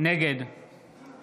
נגד מכלוף